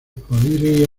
podría